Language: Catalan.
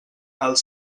els